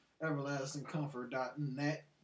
everlastingcomfort.net